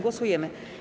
Głosujemy.